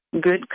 good